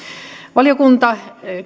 valiokunta